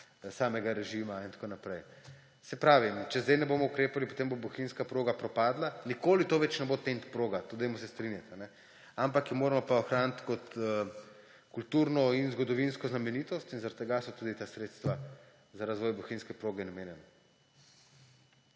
samega režima in tako naprej. Saj pravim, če sedaj ne bomo ukrepali, potem bo bohinjska proga propadla. Nikoli to več ne bo TEN-T proga, dajmo se strinjati, ampak jo moramo pa ohraniti kot kulturno in zgodovinsko znamenitost in zaradi tega so tudi ta sredstva za razvoj bohinjske proge namenjena.